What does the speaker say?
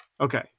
Okay